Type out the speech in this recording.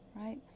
Right